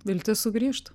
viltis sugrįžt